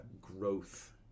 growth